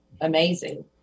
amazing